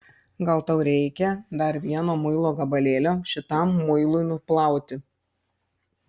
gal tau reikia dar vieno muilo gabalėlio šitam muilui nuplauti